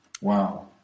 Wow